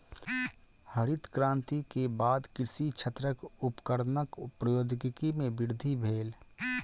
हरित क्रांति के बाद कृषि क्षेत्रक उपकरणक प्रौद्योगिकी में वृद्धि भेल